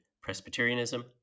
Presbyterianism